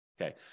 Okay